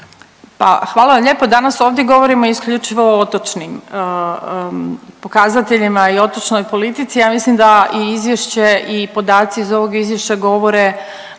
Pa hvala lijepo. Danas ovdje govorimo isključivo o otočnim pokazateljima i otočnoj politici. Ja mislim da i izvješće i podaci iz ovog izvješća govore